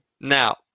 Now